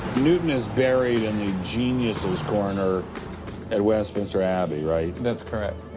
newton is buried in the genius's corner at westminster abbey, right? that's correct,